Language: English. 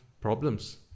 problems